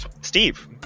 Steve